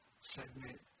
segment